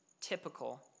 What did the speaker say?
typical